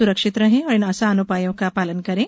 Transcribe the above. सुरक्षित रहें और इन आसान उपायों का पालन करें